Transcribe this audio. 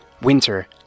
winter